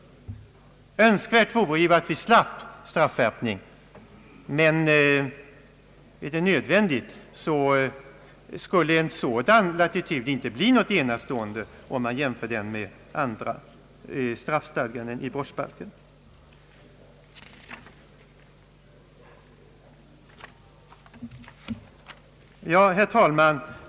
Önskvärt vore att vi slapp straffskärpning, men om det visar sig nödvändigt skulle en sådan latitud inte bli något enastående i jämförelse med andra straffstadganden i brottsbalken. Herr talman!